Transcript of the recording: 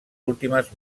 últimes